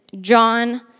John